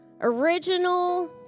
original